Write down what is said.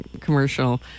commercial